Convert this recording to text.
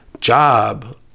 job